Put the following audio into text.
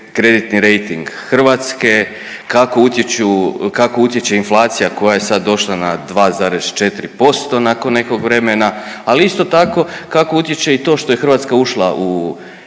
kreditni rejting Hrvatske, kako utječu, kako utječe inflacija koja je sad došla na 2,4% nakon nekog vremena, ali isto tako kako utječe i to što je Hrvatska ušla u